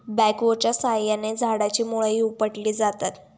बॅकहोच्या साहाय्याने झाडाची मुळंही उपटली जातात